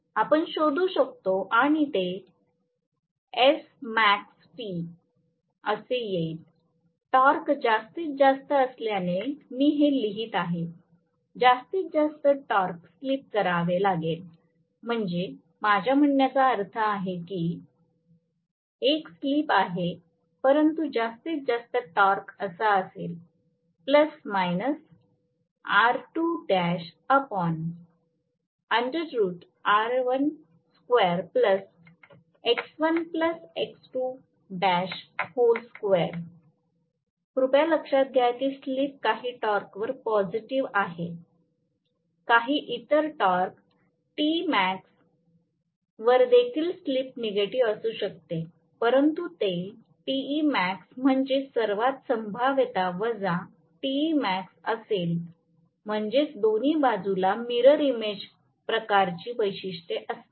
आपण शोधू शकतो आणि ते SmaxT असे येईल टॉर्क जास्तीत जास्त असल्याने मी हे लिहीत आहे जास्तीत जास्त टॉर्क स्लिप करावे लागेल म्हणजे माझ्या म्हणण्याचा अर्थ आहे ही एक स्लिप आहे परंतु जास्तीत जास्त टॉर्क असा असेल कृपया लक्षात घ्या की स्लिप काही टॉर्कवर पॉझिटिव्ह आहे काही इतर टॉर्क Temax वर देखील स्लिप नेगेटिव्ह असू शकते परंतु ते Temax म्हणजे सर्व संभाव्यता वजा Temax असेल म्हणजेच दोन्ही बाजूला मिरर इमेज प्रकारची वैशिष्ट्ये असतील